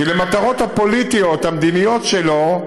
כי למטרות הפוליטיות המדיניות שלו,